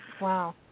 Wow